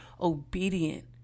obedient